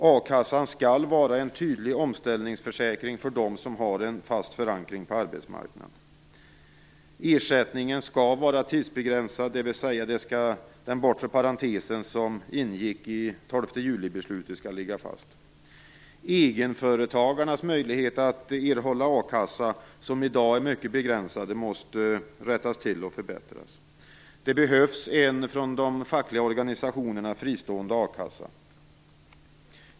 A-kassan skall vara en tydlig omställningsförsäkring för dem som har en fast förankring på arbetsmarknaden. Ersättningen skall vara tidsbegränsad, dvs. den bortre parentes som ingick i 12 juli-beslutet skall ligga fast. Egenföretagarnas möjligheter att erhålla a-kassa, som i dag är mycket begränsade, måste rättas till och förbättras. Det behövs en från de fackliga organisationerna fristående a-kassa.